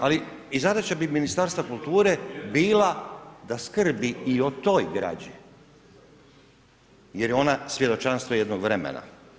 Ali i zadaća bi i Ministarstva kulture bila, da skrbi i o toj građi, jer je ona svjedočanstvo jednog vremena.